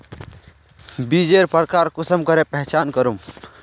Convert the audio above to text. बीजेर प्रकार कुंसम करे पहचान करूम?